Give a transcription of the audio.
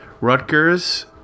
Rutgers